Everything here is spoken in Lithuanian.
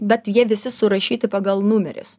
bet jie visi surašyti pagal numerius